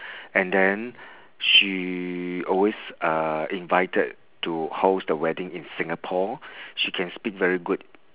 and then she always uh invited to host the wedding in singapore she can speak very good